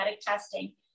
testing